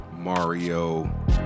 Mario